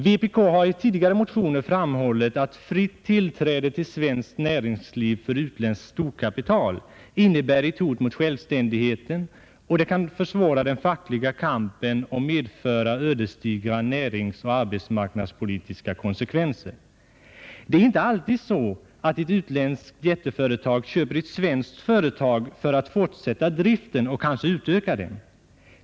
Vänsterpartiet kommunisterna har tidigare i motioner framhållit att fritt tillträde till svenskt näringsliv för utländskt storkapital innebär ett hot mot självständigheten, kan försvåra den fackliga kampen och medföra ödesdigra näringsoch arbetsmarknadspolitiska konsekvenser. Det är inte alltid så att ett utländskt jätteföretag köper ett svenskt företag för att fortsätta och kanske utöka driften.